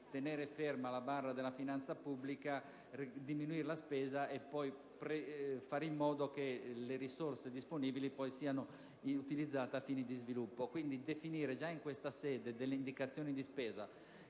tenere ferma la barra della finanza pubblica, diminuire la spesa e poi fare in modo che le risorse disponibili siano utilizzate a fini di sviluppo. Definire già in questa sede indicazioni di spesa